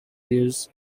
years